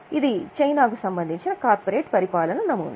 ఇది చైనా కు సంబంధించిన కార్పొరేట్ పరిపాలన నమూనా